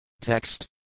Text